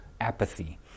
apathy